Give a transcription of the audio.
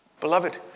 Beloved